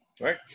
Right